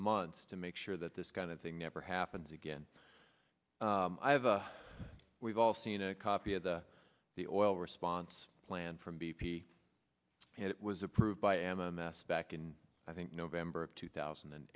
months to make sure that this kind of thing never happens again i have a we've all seen a copy of the the oil response plan from b p it was approved by m m s back in i think november of two thousand and